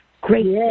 great